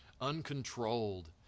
Uncontrolled